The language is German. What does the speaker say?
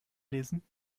lesen